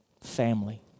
family